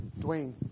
Dwayne